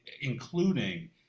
including